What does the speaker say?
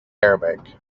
arabic